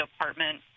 department